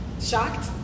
Shocked